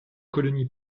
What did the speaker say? colonies